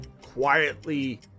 quietly